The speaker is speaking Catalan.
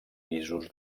pisos